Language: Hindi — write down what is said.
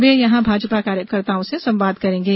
वे यहां भाजपा कार्यकर्ताओं से संवाद करेंगें